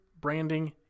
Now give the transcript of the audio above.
branding